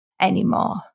anymore